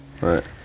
Right